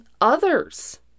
others